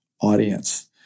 audience